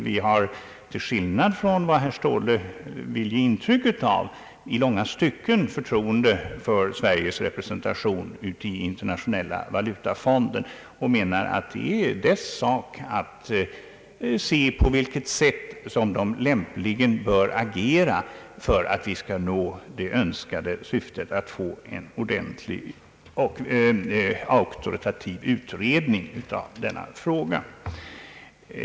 Vi har till skillnad från vad herr Ståhle vill ge intryck av i långa stycken förtroende för Sveriges representation i Internationella valutafonden och menar att det är dess sak att avgöra på vilket sätt man lämpligen bör agera för att vi skall nå det önskade syftet att få en ordentlig och auktoritativ utredning av denna fråga.